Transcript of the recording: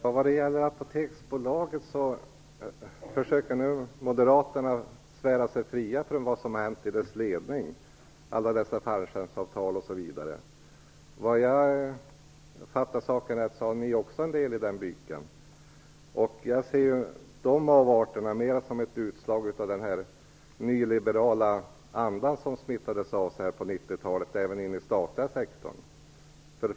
Fru talman! Vad gäller Apoteksbolaget försöker Moderaterna nu svära sig fria från vad som har hänt i dess ledning med alla dessa fallskärmsavtal osv. Om jag fattar saken rätt har ni också en del i den byken. Jag ser dessa avarter mest som ett utslag av den nyliberala anda som nu på 90-talet smittat av sig även i den statliga sektorn.